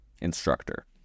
instructor